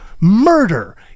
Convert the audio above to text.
Murder